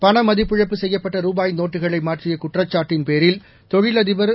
பண மதிப்பிழப்பு செய்யப்பட்ட ரூபாய் நோட்டுகளை மாற்றிய குற்றச்சாட்டின்பேரில் தொழிலதிபர் ஜெ